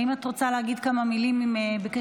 האם את רוצה להגיד כמה מילים בקשר